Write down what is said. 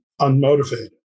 unmotivated